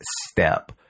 step